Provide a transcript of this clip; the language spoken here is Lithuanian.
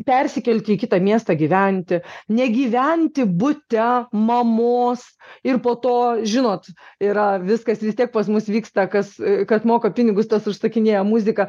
persikelti į kitą miestą gyventi negyventi bute mamos ir po to žinot yra viskas vis tiek pas mus vyksta kas kas moka pinigus tas užsakinėja muziką